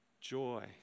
Joy